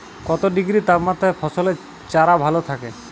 কত ডিগ্রি তাপমাত্রায় ফসলের চারা ভালো থাকে?